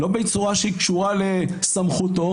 לא בצורה שקשורה לסמכותו,